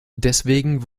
deshalb